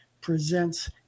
presents